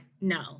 no